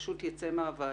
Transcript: פשוט יצא מהוועדה.